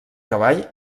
cavall